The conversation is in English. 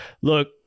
Look